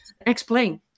explain